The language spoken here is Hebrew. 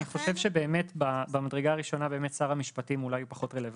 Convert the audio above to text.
אני חושב שבמדרגה הראשונה שר המשפטים באמת פחות רלוונטי,